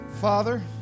Father